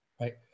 right